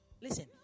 Listen